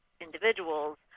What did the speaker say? individuals